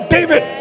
David